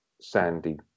Sandy